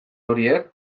horiek